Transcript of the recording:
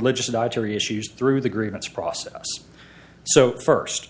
dietary issues through the grievance process so first